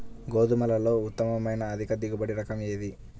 గోధుమలలో ఉత్తమమైన అధిక దిగుబడి రకం ఏది?